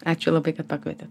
ačiū labai kad pakvietėt